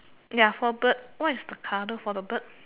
ya for bird what is the colour for the bird